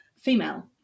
female